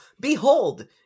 behold